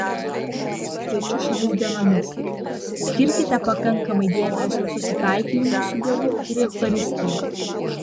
ypač kviečiu šiomis dienomis skirkite pakankamai dėmesio susitaikinimui su dievu ir eucharistijai